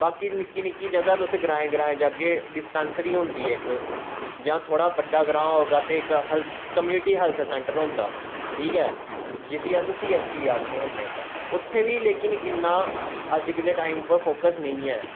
बाकी निक्की निक्की जगा तुस ग्राएं ग्राएं जाह्गे डिस्पैंसरी होंदी इक जां थोआड़ा बड्डा ग्रांऽ होगा ते इक कम्यूनिटी हैल्थ सैंटर होंदा ठीक ऐ जिसी अस सी ऐस ई आक्खने होने उत्थोें बी लेकिन इन्ना अज्ज दै टाईप पर फोक्स नेंई ऐ